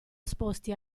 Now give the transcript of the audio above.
esposti